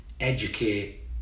educate